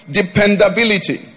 dependability